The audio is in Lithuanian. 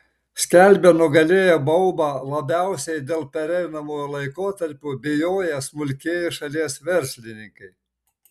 skelbia nugalėję baubą labiausiai dėl pereinamojo laikotarpio bijoję smulkieji šalies verslininkai